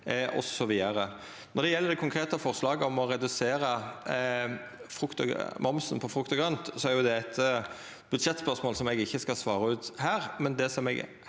Når det gjeld det konkrete forslaget om å redusera momsen på frukt og grønt, er det eit budsjettspørsmål eg ikkje skal svara på her,